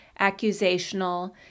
accusational